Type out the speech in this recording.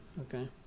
Okay